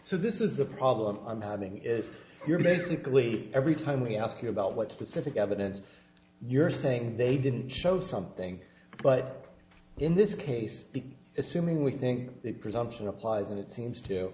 so this is the problem i'm having is your basically every time we ask you about what specific evidence you're saying they didn't show something but in this case because assuming we think the presumption applies and it seems to